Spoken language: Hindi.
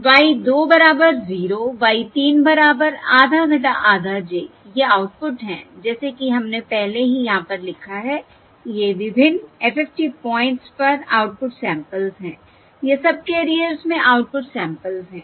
Y 2 बराबर 0 Y 3 बराबर आधा आधा j ये आउटपुट हैं जैसे कि हमने पहले ही यहां पर लिखा है ये विभिन्न FFT पॉइंट्स पर आउटपुट सैंपल्स हैं या सबकेरियर्स में आउटपुट सैंपल्स हैं